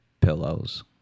pillows